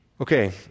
Okay